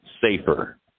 safer